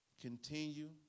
Continue